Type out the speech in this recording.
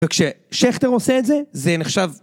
וכששכטר עושה את זה, זה נחשב...